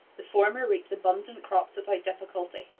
the former reaps abundant crops without difficulty,